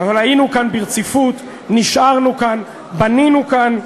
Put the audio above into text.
אבל היינו כאן ברציפות, נשארנו כאן, בנינו כאן.